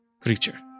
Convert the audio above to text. creature